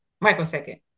microsecond